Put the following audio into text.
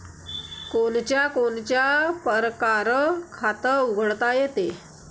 कोनच्या कोनच्या परकारं खात उघडता येते?